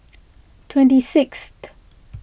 twenty sixth